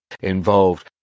involved